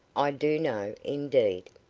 i do know, indeed.